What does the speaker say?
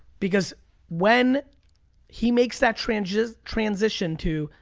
because when he makes that transition transition to,